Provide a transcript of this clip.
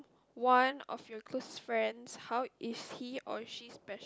one of your closest friends how is he or she special